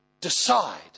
Decide